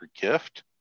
gift